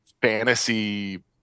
fantasy